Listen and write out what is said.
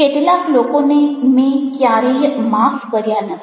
કેટલાક લોકોને મેં ક્યારેય માફ કર્યા નથી